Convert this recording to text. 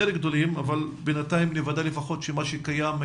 גדולים אבל בינתיים נוודא לפחות שמה שקיים,